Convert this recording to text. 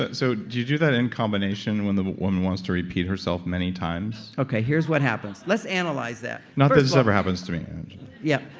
so do you do that in combination when the woman wants to repeat herself many times? okay. here's what happens. let's analyze that not that this ever happens to me yeah.